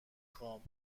خوام